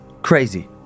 Crazy